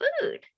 food